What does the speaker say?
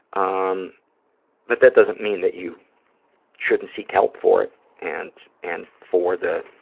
um but that doesn't mean that you shouldn't seek help for it and and for the,